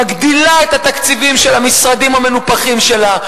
מגדילה את התקציבים של המשרדים המנופחים שלה,